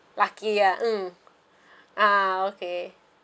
lucky ah mm ah okay